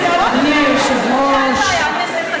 אני אסיר חסינות.